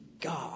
God